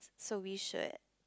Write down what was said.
so we should